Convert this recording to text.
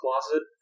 closet